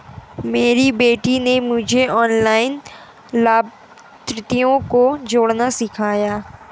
मेरी बेटी ने मुझे ऑनलाइन लाभार्थियों को जोड़ना सिखाया